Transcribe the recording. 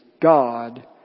God